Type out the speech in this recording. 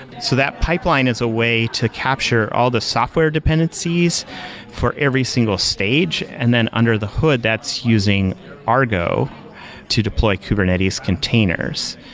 so that pipeline is a way to capture all the software dependencies for every single stage. and then under the hood, that's using argo to deploy kubernetes containers.